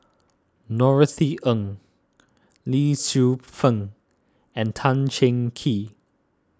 Norothy Ng Lee Tzu Pheng and Tan Cheng Kee